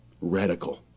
radical